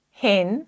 hen